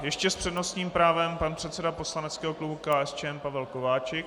Ještě s přednostním právem pan předseda poslaneckého klubu KSČM Pavel Kováčik.